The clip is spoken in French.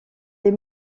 les